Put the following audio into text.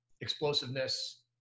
explosiveness